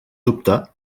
dubte